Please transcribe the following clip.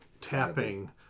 tapping